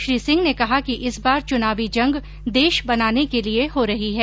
श्री सिंह ने कहा कि इस बार चुनावी जंग देश बनाने के लिये हो रही है